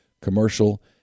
commercial